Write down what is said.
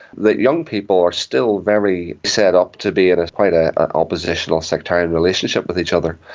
the young people are still very set up to be in quite ah an oppositional sectarian relationship with each other,